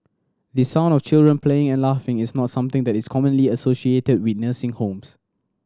the sound of children playing and laughing is not something that is commonly associated with nursing homes